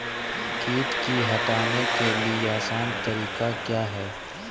किट की हटाने के ली आसान तरीका क्या है?